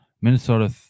Minnesota